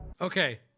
Okay